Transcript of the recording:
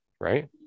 Right